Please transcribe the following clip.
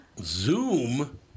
Zoom